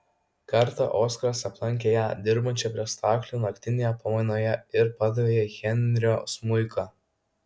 kartą oskaras aplankė ją dirbančią prie staklių naktinėje pamainoje ir padavė jai henrio smuiką